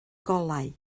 golau